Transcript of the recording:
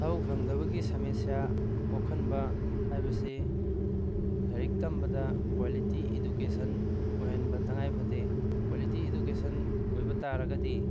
ꯊꯕꯛ ꯐꯪꯗꯕꯒꯤ ꯁꯃꯁ꯭ꯌꯥ ꯀꯣꯛꯍꯟꯕ ꯍꯥꯏꯕꯁꯤ ꯂꯥꯏꯔꯤꯛ ꯇꯝꯕꯗ ꯀ꯭ꯋꯥꯂꯤꯇꯤ ꯏꯗꯨꯀꯦꯁꯟ ꯑꯣꯏꯍꯟꯕ ꯇꯉꯥꯏꯐꯗꯦ ꯀ꯭ꯋꯥꯂꯤꯇꯤ ꯏꯗꯨꯀꯦꯁꯟ ꯑꯣꯏꯕ ꯇꯥꯔꯒꯗꯤ